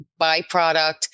byproduct